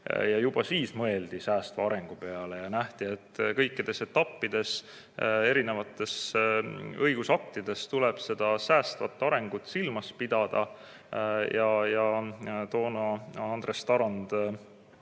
Juba siis mõeldi säästva arengu peale ja nähti ette, et kõikides etappides erinevates õigusaktides tuleb säästvat arengut silmas pidada. Toona oli Andres Tarand